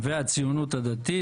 "הציונות הדתית",